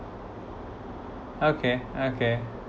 okay okay